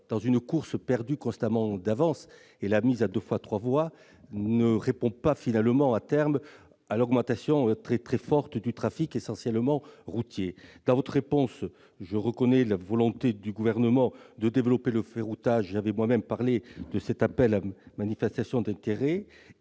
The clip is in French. que la course ne soit perdue d'avance, car la mise à deux fois trois voies ne répond pas finalement, à terme, à l'augmentation très forte du trafic, essentiellement routier. Dans vos propos, je reconnais la volonté du Gouvernement de développer le ferroutage. J'avais moi-même mentionné cet appel à manifestation d'intérêt